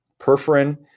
perforin